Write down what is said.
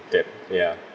yup ya